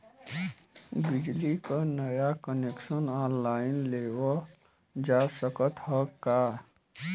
बिजली क नया कनेक्शन ऑनलाइन लेवल जा सकत ह का?